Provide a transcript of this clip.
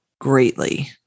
greatly